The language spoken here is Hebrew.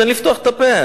תן לפתוח את הפה,